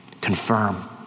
confirm